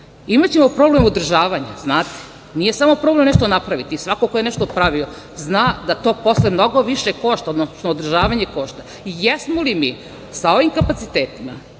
imaćemo problem održavanja. Znate, nije samo problem nešto napraviti, svako ko je nešto pravio, zna da to posle mnogo više košta, odnosno održavanje košta. Jesmo li mi sa ovim kapacitetima,